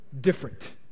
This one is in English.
different